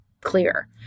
clear